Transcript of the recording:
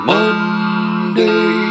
Monday